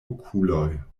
okuloj